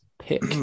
pick